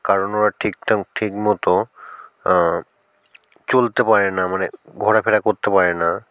কারণ ওরা ঠিকঠাক ঠিকমতো চলতে পারে না মানে ঘোরাফেরা করতে পারে না